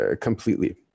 completely